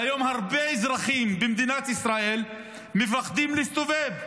והיום הרבה אזרחים במדינת ישראל מפחדים להסתובב,